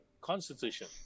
Constitution